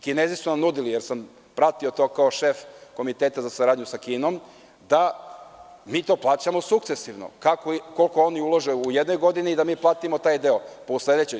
Kinezi su vam nudili, pratio sam to kao šef Komiteta za saradnju sa Kinom, da mi to plaćamo sukcesivno, koliko oni ulože u jednoj godini, da mi platimo taj deo u sledećoj.